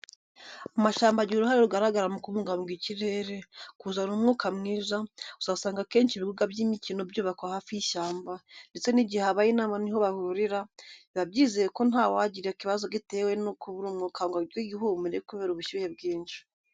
Amashyamba agira uruhare rugaragara mu kubungabunga ikirere, kuzana umwuka mwiza; uzasanga akenshi ibibuga by'imikino byubakwa hafi y'ishyamba ndetse n'igihe habaye inama niho bahurira, biba byizewe ko nta wagira ikibazo gitewe no kubura umwuka ngo agwe igihumure kubera ubushyuhe bwinshi.